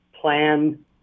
plan